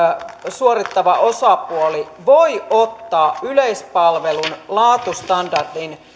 suorittava osapuoli voi ottaa yleispalvelun laatustandardin